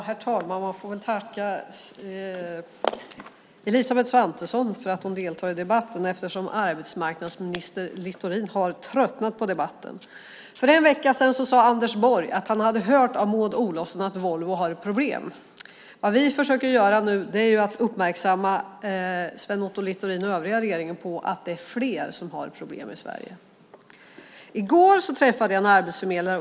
Herr talman! Man får väl tacka Elisabeth Svantesson för att hon deltar i debatten eftersom arbetsmarknadsminister Littorin har tröttnat på den. För en vecka sedan sade Anders Borg att han av Maud Olofsson hade hört att Volvo har problem. Vad vi nu försöker göra är att uppmärksamma Sven Otto Littorin och övriga regeringen på att det är fler som har problem i Sverige. I går träffade jag en arbetsförmedlare.